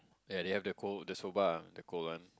ya they have the cold the soba the cold one